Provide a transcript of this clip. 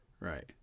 right